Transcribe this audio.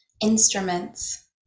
instruments